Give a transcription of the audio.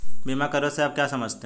बीमा कवरेज से आप क्या समझते हैं?